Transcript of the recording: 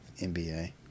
NBA